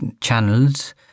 channels